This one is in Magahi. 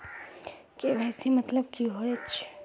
के.वाई.सी मतलब की होचए?